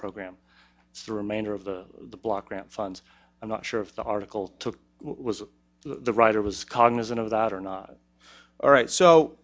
program through manner of the block grant funds i'm not sure if the article took was the writer was cognizant of that or not all right so